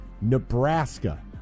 Nebraska